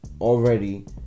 Already